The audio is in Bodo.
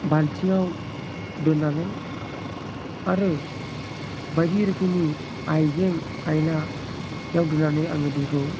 बाल्थिङाव दोननानै आरो बायदि रोखोमनि आइजें आइलायाव दोननानै आङो दैखौ